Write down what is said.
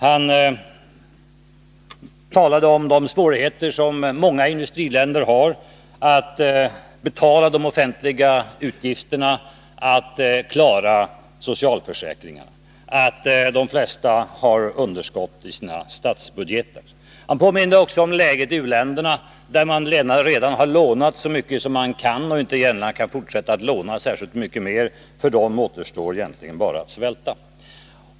Han talade om de svårigheter som många industriländer har att betala de offentliga utgifterna och att klara socialförsäkringarna och om att de flesta har underskott i sina statsbudgetar. Han påminde också om läget i u-länderna, där man redan har lånat så mycket som man kan och inte gärna kan fortsätta att låna så mycket mer. För dem återstår egentligen bara att svälta.